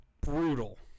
brutal